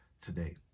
today